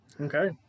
Okay